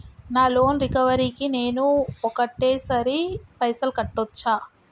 నా loan recovery కి నేను ఒకటేసరి పైసల్ కట్టొచ్చా?